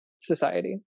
society